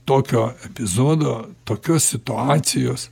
tokio epizodo tokios situacijos